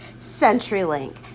CenturyLink